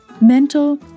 mental